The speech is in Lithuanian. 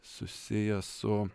susijęs su